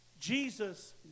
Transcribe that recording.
Jesus